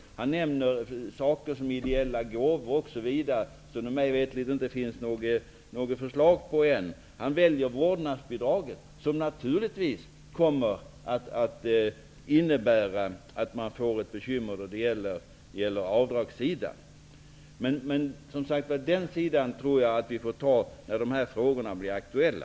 Lars Hedfors nämner avdrag för ideella gåvor osv., som det mig veterligt inte finns något förslag om än. Han nämner vårdnadsbidraget, som naturligtvis kommer att innebära bekymmer på avdragssidan. Vi får alltså ta upp de frågorna när de blir aktuella.